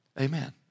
amen